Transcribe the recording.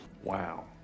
Wow